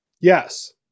Yes